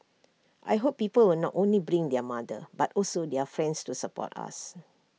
I hope people will not only bring their mother but also their friends to support us